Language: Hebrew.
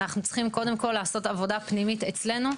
אנחנו צריכים קודם כל לעשות עבודה פנימית אצלנו,